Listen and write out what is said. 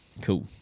cool